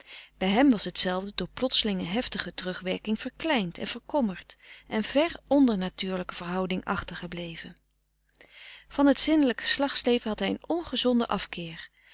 bij hem was hetzelfde door plotselinge heftige terugwerking verkleind en verkommerd en ver onder natuurlijke verhouding achter gebleven van het zinnelijk geslachtsleven had hij een ongezonden afkeer